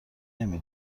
نمی